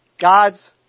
God's